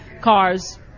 cars